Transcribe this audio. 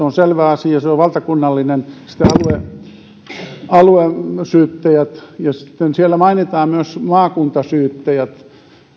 on selvä asia se on valtakunnallinen sitten aluesyyttäjät ja sitten siellä mainitaan myös maakuntasyyttäjät